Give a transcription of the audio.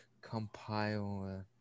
compile